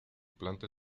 planta